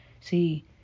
See